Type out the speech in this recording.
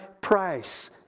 price